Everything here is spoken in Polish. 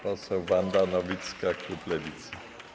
Poseł Wanda Nowicka, klub Lewicy.